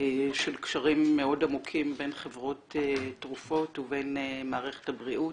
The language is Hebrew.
של קשרים מאוד עמוקים בין חברות תרופות ובין מערכת הבריאות,